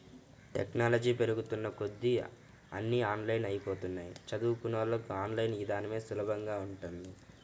technology పెరుగుతున్న కొద్దీ అన్నీ ఆన్లైన్ అయ్యిపోతన్నయ్, చదువుకున్నోళ్ళకి ఆన్ లైన్ ఇదానమే సులభంగా ఉంటది